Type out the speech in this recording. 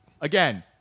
again